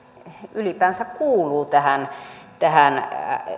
ylipäänsä kuuluu tähän tähän